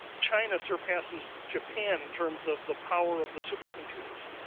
china surpasses japan in terms of the power of the supercomputers.